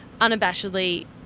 unabashedly